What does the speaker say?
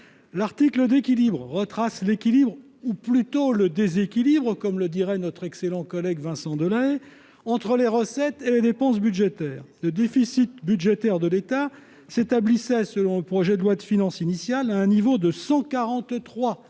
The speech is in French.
L'article d'équilibre retrace l'équilibre, ou plutôt le déséquilibre, comme le dirait notre excellent collègue Vincent Delahaye, entre les recettes et les dépenses budgétaires. Le déficit budgétaire de l'État s'établissait, selon le projet de loi de finances initial, à un niveau de 143,4